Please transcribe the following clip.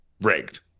rigged